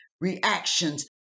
reactions